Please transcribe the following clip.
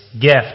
gift